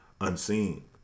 unseen